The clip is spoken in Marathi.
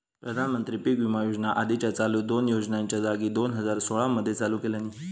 प्रधानमंत्री पीक विमा योजना आधीच्या चालू दोन योजनांच्या जागी दोन हजार सोळा मध्ये चालू केल्यानी